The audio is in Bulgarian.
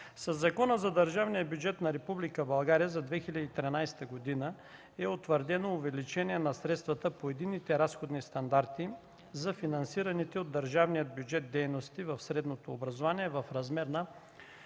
Със Закона за държавния бюджет на Република България за 2013 г. е утвърдено увеличение на средствата по единните разходни стандарти за финансираните от държавния бюджет дейности в средното образование в размер на